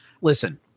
Listen